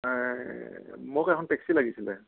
মোক এখন টেক্সি লাগিছিল